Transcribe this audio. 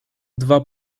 dwa